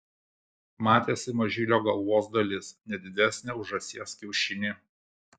matėsi mažylio galvos dalis ne didesnė už žąsies kiaušinį